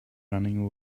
running